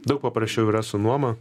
daug paprasčiau yra su nuoma